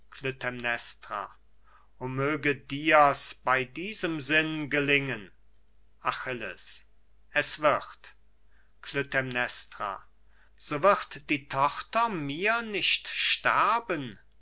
o möge dir's bei diesem sinn gelingen achilles es wird klytämnestra so wird die tochter mir nicht sterben